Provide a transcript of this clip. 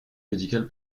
médical